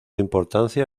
importancia